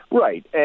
Right